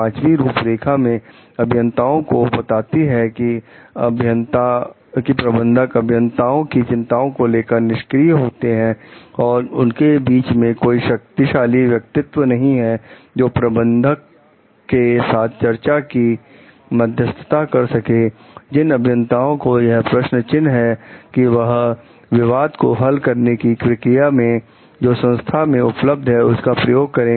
पांचवी रूपरेखा जो अभियंताओं को बताती है कि प्रबंधक अभियंताओं की चिंताओं को लेकर निष्क्रिय होते हैं और उनके बीच में कोई शक्तिशाली व्यक्तित्व नहीं है जो प्रबंधक के साथ चर्चा की मध्यस्थता कर सके जिन अभियंताओं पर यह प्रश्न चिन्ह है कि वह विवाद को हल करने की प्रक्रिया जो संस्था में उपलब्ध है उसका प्रयोग करें